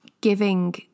giving